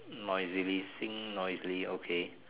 noisily sing noisily okay